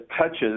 touches